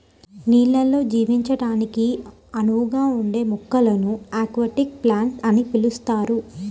నీళ్ళల్లో జీవించడానికి అనువుగా ఉండే మొక్కలను అక్వాటిక్ ప్లాంట్స్ అని పిలుస్తారు